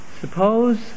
suppose